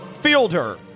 Fielder